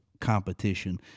competition